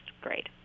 great